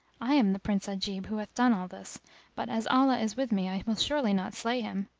i am the prince ajib who hath done all this but as allah is with me i will surely not slay him!